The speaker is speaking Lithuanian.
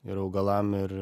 ir augalam ir